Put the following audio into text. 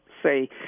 say